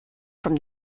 from